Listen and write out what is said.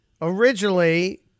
originally